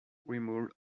removed